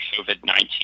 COVID-19